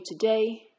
today